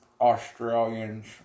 Australians